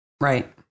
Right